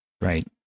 right